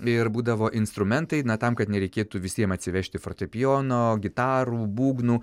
ir būdavo instrumentai na tam kad nereikėtų visiem atsivežti fortepijono gitarų būgnų